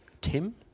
Tim